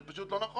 זה פשוט לא נכון.